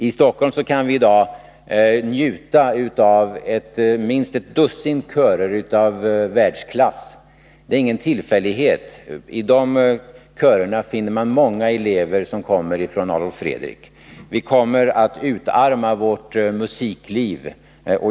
I Stockholm kan vi i dag njuta av minst ett dussin körer av världsklass. Det är ingen tillfällighet — i de körerna finner man många elever som kommer från Adolf Fredriks musikskola. Vi kommer att utarma vårt musikliv.